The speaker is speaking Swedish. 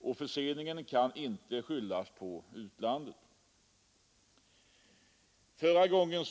Och den förseningen kan inte skyllas på utlandet. Förra gången